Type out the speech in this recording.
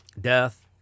death